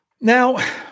Now